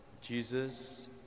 Jesus